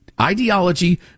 ideology